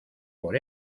por